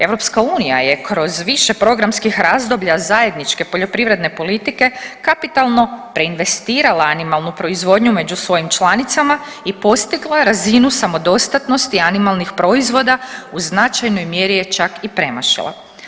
EU je kroz više programskih razdoblja zajedničke poljoprivredne politike kapitalno preinvestirala animalnu proizvodnju među svojim članicama i postigla razinu samodostatnosti animalnih proizvoda, u značajnoj mjeri je čak i premašila.